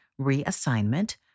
reassignment